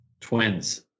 Twins